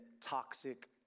toxic